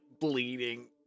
bleeding